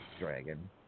Dragon